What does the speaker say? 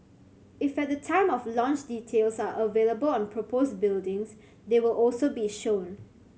if at time of launch details are available on proposed buildings they will also be shown